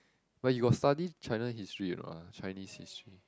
but you got study China history or not ah Chinese history